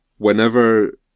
Whenever